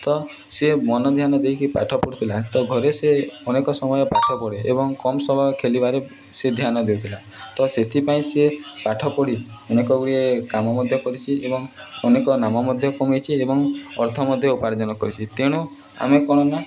ତ ସିଏ ମନ ଧ୍ୟାନ ଦେଇକି ପାଠ ପଢ଼ୁଥିଲା ତ ଘରେ ସେ ଅନେକ ସମୟ ପାଠ ପଢ଼େ ଏବଂ କମ୍ ସମୟ ଖେଲିବାରେ ସେ ଧ୍ୟାନ ଦେଉଥିଲା ତ ସେଥିପାଇଁ ସିଏ ପାଠ ପଢ଼ି ଅନେକଗୁଡ଼ିଏ କାମ ମଧ୍ୟ କରିଛି ଏବଂ ଅନେକ ନାମ ମଧ୍ୟ କମେଇଛି ଏବଂ ଅର୍ଥ ମଧ୍ୟ ଉପାର୍ଜନ କରିଛି ତେଣୁ ଆମେ କ'ଣ ନା